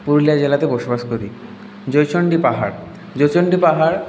পুরুলিয়া জেলাতে বসবাস করি জয়চণ্ডী পাহাড় জয়চণ্ডী পাহাড়